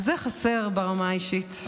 אז זה חסר ברמה האישית.